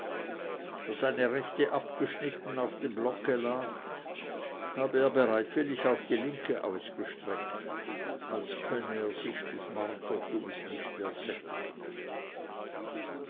seine rechte abgeschnitten auf dem blocke lag habe er bereitwillig auch die linke ausgestreckt als könne er sich des martertums nicht